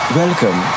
welcome